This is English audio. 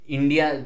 India